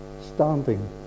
standing